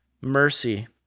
Mercy